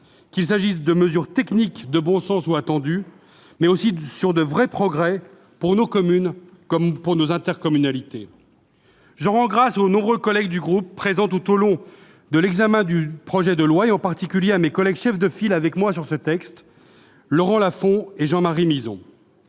qu'il s'agisse de mesures techniques de bon sens ou attendues, ou encore de vrais progrès pour nos communes et nos intercommunalités. J'en rends grâce aux nombreux collègues du groupe présents tout au long de l'examen du projet de loi, et en particulier à mes collègues désignés chefs de file avec moi sur ce texte, Laurent Lafon et Jean-Marie Mizzon.